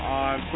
on